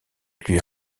lui